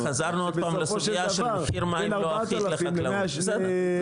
בסופו של דבר בין 4,000 ל-1,000 שקל.